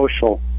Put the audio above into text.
social